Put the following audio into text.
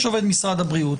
יש עובד משרד הבריאות,